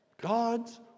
God's